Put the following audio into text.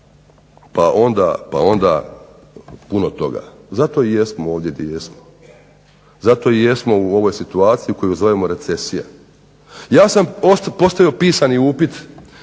pa onda puno toga. Zato i jesmo ovdje gdje jesmo, zato i jesmo u ovoj situaciji koju zovemo recesija. Ja sam postavio pisani upit